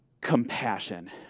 compassion